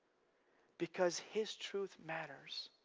because his truth matters.